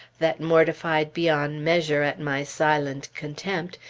that, mortified beyond measure at my silent contempt,